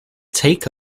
take